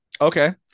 Okay